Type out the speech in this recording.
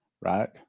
right